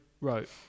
wrote